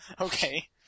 Okay